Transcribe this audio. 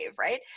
Right